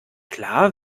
klar